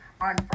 On